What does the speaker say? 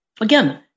Again